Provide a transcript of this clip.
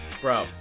Bro